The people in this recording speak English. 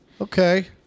okay